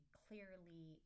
clearly